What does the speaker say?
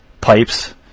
Pipes